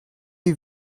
you